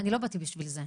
אני לא באתי בשביל זה.